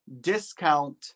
discount